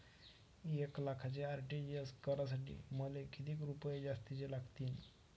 एक लाखाचे आर.टी.जी.एस करासाठी मले कितीक रुपये जास्तीचे लागतीनं?